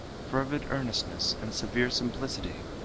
fervid earnestness and severe simplicity,